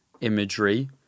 imagery